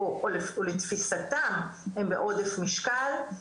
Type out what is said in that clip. או לתפיסתם הם בעודף משקל,